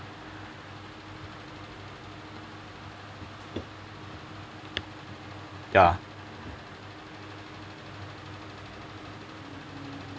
ya